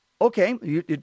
Okay